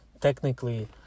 technically